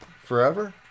forever